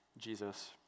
Jesus